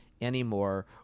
anymore